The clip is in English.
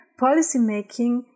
policymaking